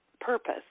purpose